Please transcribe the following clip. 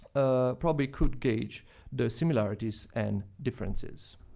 probably could gauge the similarities and differences.